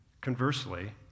Conversely